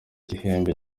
gihembe